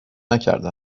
نکرده